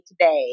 today